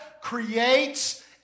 creates